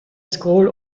school